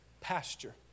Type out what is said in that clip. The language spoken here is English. pasture